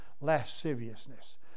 lasciviousness